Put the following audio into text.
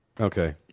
okay